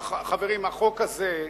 חברים, החוק הזה,